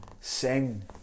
sing